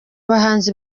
bahanzi